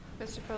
Mr